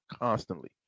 constantly